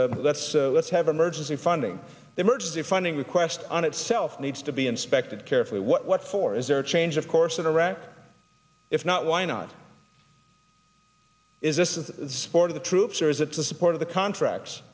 let's let's have emergency funding emergency funding request on itself needs to be inspected carefully what for is there a change of course in iraq if not why not is this is supporting the troops or is it the support of the contracts